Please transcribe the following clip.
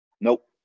Nope